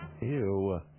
Ew